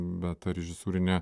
be ta režisūrinė